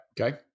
Okay